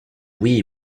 oui